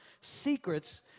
secrets